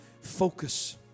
focus